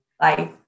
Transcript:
Bye